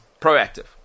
proactive